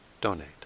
donate